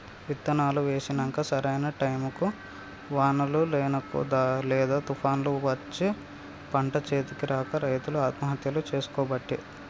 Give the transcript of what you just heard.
విత్తనాలు వేశినంక సరైన టైముకు వానలు లేకనో లేదా తుపాన్లు వచ్చో పంట చేతికి రాక రైతులు ఆత్మహత్యలు చేసికోబట్టే